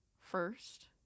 first